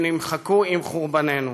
שנמחקו עם חורבננו.